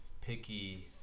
picky